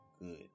good